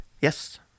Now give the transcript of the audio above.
Yes